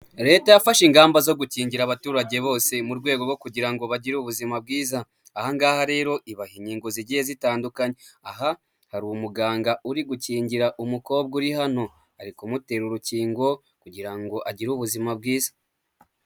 Leta yafashe ingamba zo gukingira abaturage bose mu rwego rwo kugira ngo bagire ubuzima bwiza, aha ngaha rero ibaha inkingo zigiye zitandukanye aha hari umuganga uri gukingira umukobwa, uri hano ari kumutera urukingo kugira ngo agire ubuzima bwiza.